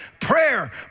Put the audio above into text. Prayer